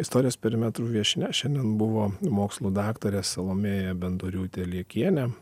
istorijos perimetru viešnia šiandien buvo mokslų daktarė salomėja bendoriūtė liekienė